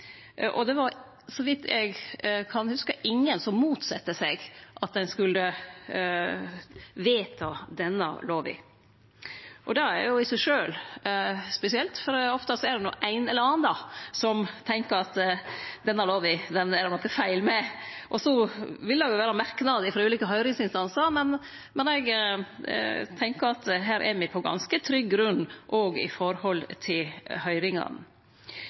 og det var, så vidt eg kan hugse, ingen som motsette seg at ein skulle vedta denne lova. Det er i seg sjølv spesielt, for ofte er det ein eller annan som tenkjer at det er noko feil med ei lov, og så vil det jo vere merknader frå ulike høyringsinstansar. Eg tenkjer at me er på ganske trygg grunn her, òg med tanke på høyringane.